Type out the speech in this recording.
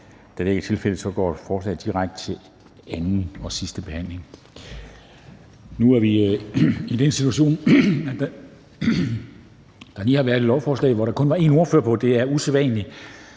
Da det ikke er tilfældet, går forslaget direkte til anden og sidste behandling. Nu er vi i den situation, at der lige har været et lovforslag, hvor der kun var én ordfører på. Det er usædvanligt.